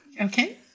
Okay